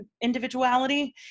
individuality